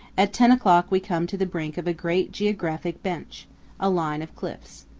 at ten o'clock we come to the brink of a great geographic bench a line of cliffs.